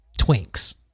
twinks